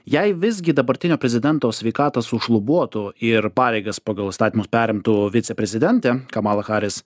jei visgi dabartinio prezidento sveikata sušlubuotų ir pareigas pagal įstatymus perimtų viceprezidentė kamala haris